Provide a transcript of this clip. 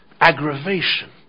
aggravation